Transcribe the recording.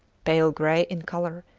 pale grey in colour,